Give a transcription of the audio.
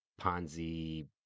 Ponzi